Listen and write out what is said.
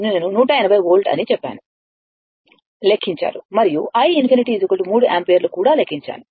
నేను 180 వోల్ట్ అని చెప్పాను లెక్కించారు మరియు i∞ 3 యాంపియర్లు కూడా లెక్కించాను